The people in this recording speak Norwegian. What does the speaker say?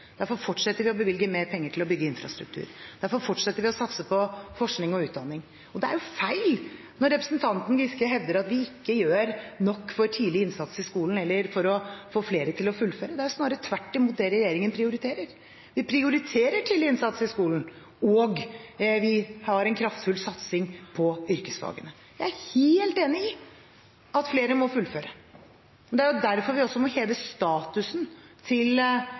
Derfor fortsetter vi å bevilge mer penger til å bygge infrastruktur. Derfor fortsetter vi å satse på forskning og utdanning. Det er feil når representanten Giske hevder at vi ikke gjør nok for tidlig innsats i skolen eller for å få flere til å fullføre. Det er snarere tvert imot det regjeringen prioriterer. Vi prioriterer tidlig innsats i skolen, og vi har en kraftfull satsing på yrkesfagene. Jeg er helt enig i at flere må fullføre. Det er derfor vi også må heve statusen til